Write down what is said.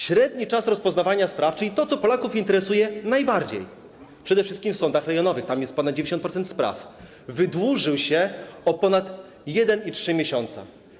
Średni czas rozpoznawania spraw, czyli to, co Polaków interesuje najbardziej, przede wszystkim w sądach rejonowych, tam jest ponad 90% spraw, wydłużył się o ponad 1,3 miesiąca.